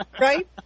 right